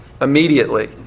immediately